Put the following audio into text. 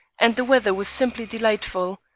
and the weather was simply delightful.